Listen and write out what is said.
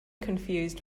confused